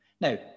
Now